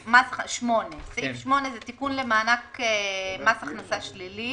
סעיף 8 זה תיקון למענק מס הכנסה שלילי.